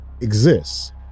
exists